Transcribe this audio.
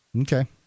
Okay